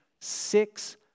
six